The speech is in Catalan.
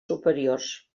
superiors